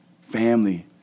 Family